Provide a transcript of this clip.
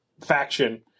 faction